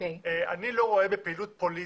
אני לא רואה בפעילות פוליטית,